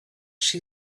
she